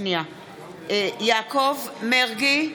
יעקב מרגי,